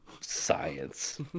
Science